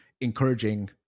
encouraging